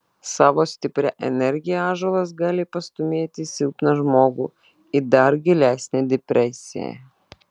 savo stipria energija ąžuolas gali pastūmėti silpną žmogų į dar gilesnę depresiją